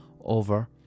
over